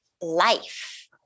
life